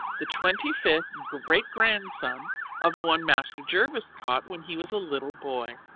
the twenty-fifth great-grandson of the one master jervis caught when he was a little boy.